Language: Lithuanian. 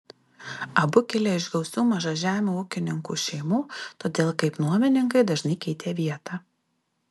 abu kilę iš gausių mažažemių ūkininkų šeimų todėl kaip nuomininkai dažnai keitė vietą